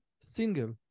single